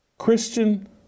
Christian